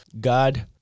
god